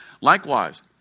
Likewise